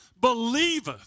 believeth